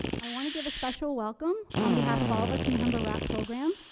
i wanna give a special welcome, on behalf of all of us in the humber rapp program,